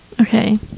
Okay